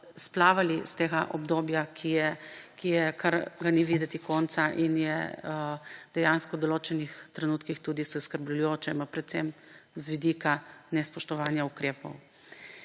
izplavali iz tega obdobja, ki mu kar ni videti konca in je dejansko v določenih trenutnih tudi zaskrbljujoče, predvsem z vidika nespoštovanja ukrepov.